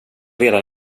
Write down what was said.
redan